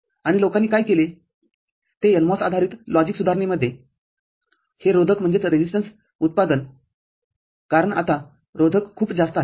आणि लोकांनी काय केले ते NMOS आधारित लॉजिक सुधारणेमध्ये हे रोधकउत्पादन कारण आता रोधक खूप जास्त आहेत